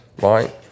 right